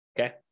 Okay